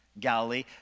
Galilee